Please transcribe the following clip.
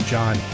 John